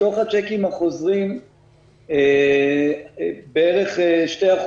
מתוך הצ'קים החוזרים בערך 2%,